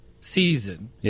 season